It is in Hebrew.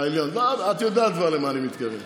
העליון, לא, את כבר יודעת למה אני מתכוון.